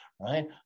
right